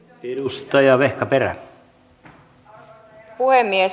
arvoisa herra puhemies